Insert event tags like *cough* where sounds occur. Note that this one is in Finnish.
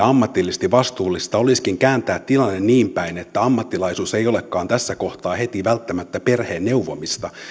*unintelligible* ammatillisesti vastuullista siinä olisikin kääntää tilanne niinpäin että ammattilaisuus ei olekaan tässä kohtaa heti välttämättä perheen neuvomista